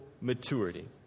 maturity